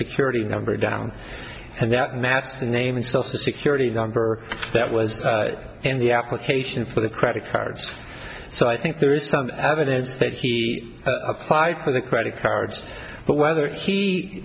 security number down and that mask the name and social security number that was in the application for the credit cards so i think there is some evidence that he applied for the credit cards but whether he